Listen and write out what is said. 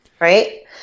right